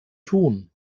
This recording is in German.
tun